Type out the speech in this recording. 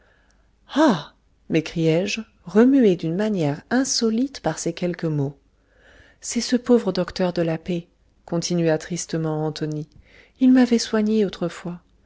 ah m'écriai-je remué d'une manière insolite par ces quelques mots c'est ce pauvre docteur de la p continua tristement antonie il m'avait soignée autrefois